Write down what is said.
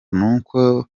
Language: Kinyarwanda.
n’uko